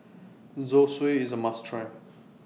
Zosui IS A must Try